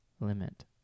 limit